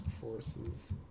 Forces